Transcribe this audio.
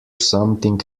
something